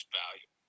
value